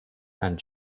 and